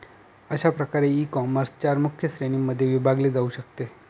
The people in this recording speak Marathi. अशा प्रकारे ईकॉमर्स चार मुख्य श्रेणींमध्ये विभागले जाऊ शकते